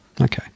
Okay